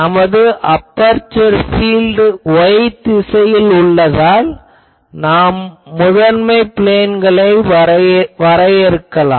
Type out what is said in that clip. நமது aperture field y திசையில் உள்ளதால் நாம் முதன்மை ப்ளேன்களை வரையறுக்கலாம்